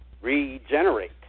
regenerate